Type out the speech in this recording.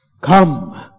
come